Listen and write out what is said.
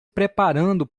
preparando